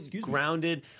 grounded